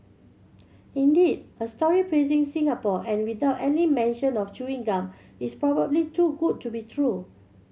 indeed a story praising Singapore and without any mention of chewing gum is probably too good to be true